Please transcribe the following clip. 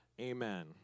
Amen